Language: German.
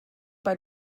bei